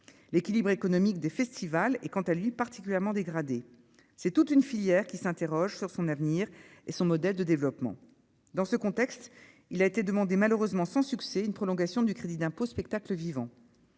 l'équilibre économique des festivals est quant à lui particulièrement dégradée, c'est toute une filière qui s'interroge sur son avenir et son modèle de développement dans ce contexte, il a été demandé, malheureusement sans succès une prolongation du crédit d'impôt, spectacles vivants,